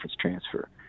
transfer